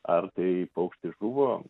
ar tai paukštis žuvo